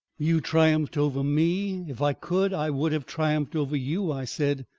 you triumphed over me. if i could i would have triumphed over you, i said.